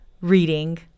reading